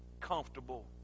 comfortable